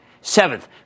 Seventh